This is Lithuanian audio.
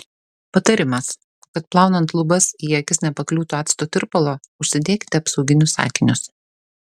patarimas kad plaunant lubas į akis nepakliūtų acto tirpalo užsidėkite apsauginius akinius